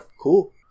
cool